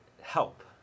help